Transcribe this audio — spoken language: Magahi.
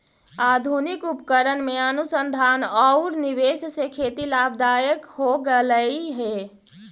आधुनिक उपकरण में अनुसंधान औउर निवेश से खेत लाभदायक हो गेलई हे